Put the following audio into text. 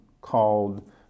called